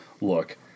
look